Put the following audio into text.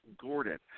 Gordon